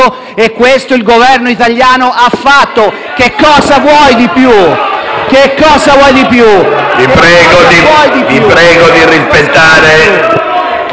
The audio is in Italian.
e questo il Governo italiano ha fatto. Che cosa vuole di più?